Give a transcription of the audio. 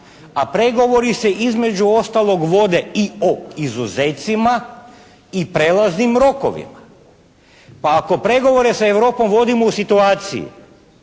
a pregovori se između ostalog vode i o izuzecima i prelaznim rokovima. Pa ako pregovore sa Europom vodimo u situaciji